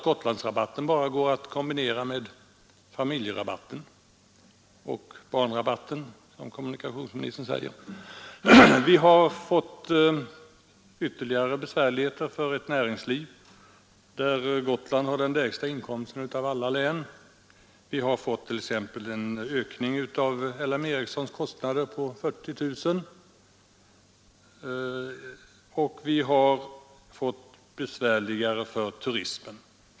Gotlandsrabatten kan nu bara kombineras med familjerabatten och barnrabatten, såsom kommunikationsministern säger. Vi har fått ytterligare besvärligheter för näringslivet på Gotland som har den lägsta inkomsten i landet. Så t.ex. har LM Ericssons kostnader ökat med 40 000 kronor per år. Vidare har det blivit besvärligare för turismen.